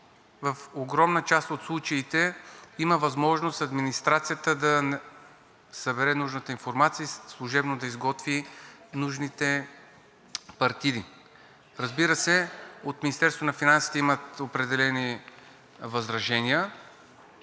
в огромна част от случаите има възможност администрацията да събере нужната информация и служебно да изготви нужните партиди. Разбира се, от Министерството на финансите